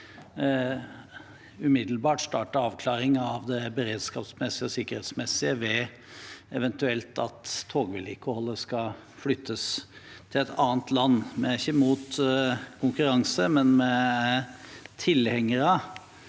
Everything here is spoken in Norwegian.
å starte avklaring av det beredskapsmessige og sikkerhetsmessige ved at togvedlikeholdet eventuelt skal flyttes til et annet land. Vi er ikke mot konkurranse, men vi er tilhengere